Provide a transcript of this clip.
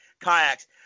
Kayaks